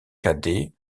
cadet